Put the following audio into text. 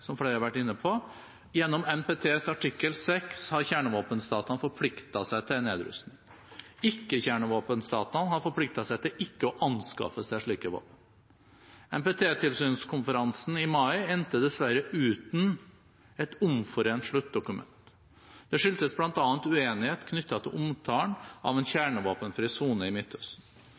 som flere har vært inne på. Gjennom NPTs artikkel VI har kjernevåpenstatene forpliktet seg til nedrustning. Ikkekjernevåpenstatene har forpliktet seg til ikke å anskaffe seg slike våpen. NPT-tilsynskonferansen i mai endte dessverre uten et omforent sluttdokument. Det skyldtes bl.a. uenighet knyttet til omtalen av en